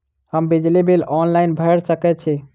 हम बिजली bill online भैर सकै छी?